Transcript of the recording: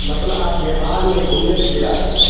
मतलब आप बिहार में घूमने के लिए आए हैं